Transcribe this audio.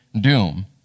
doom